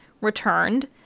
Returned